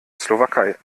slowakei